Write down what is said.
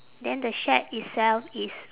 then the shack itself is